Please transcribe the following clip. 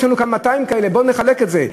יש לנו כאן 200 כאלה, בוא נחלק את זה.